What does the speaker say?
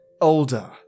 older